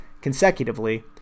consecutively